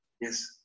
Yes